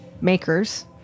makers